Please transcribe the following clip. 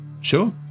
Sure